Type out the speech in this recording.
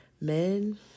men